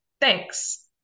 Thanks